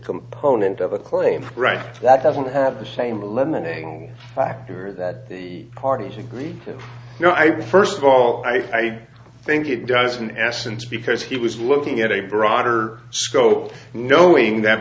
component of a claim right that doesn't have the same eliminating factor that the card the no i would first of all i think it does an essence because he was looking at a broader scope knowing that